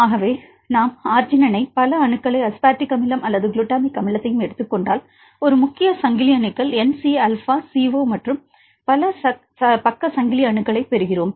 ஆகவே நாம் அர்ஜினைனை பல அணுக்களை அஸ்பார்டிக் அமிலம் அல்லது குளுட்டமிக் அமிலத்தையும் எடுத்துக் கொண்டால் ஒரு முக்கிய சங்கிலி அணுக்கள் N சி ஆல்பா CO மற்றும் பல பக்க சங்கிலி அணுக்களைப் பெறுகிறோம்